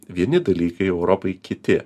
vieni dalykai europai kiti